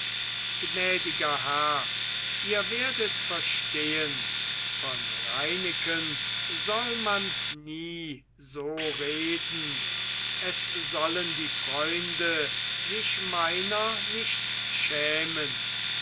gnädiger herr ihr werdet verstehn von reineken soll man nie so reden es sollen die freunde sich meiner nicht schämen